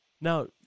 Now